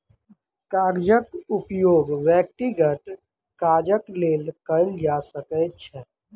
कागजक उपयोग व्यक्तिगत काजक लेल कयल जा सकै छै